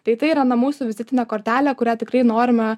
tai tai yra na mūsų vizitinė kortelė kurią tikrai norime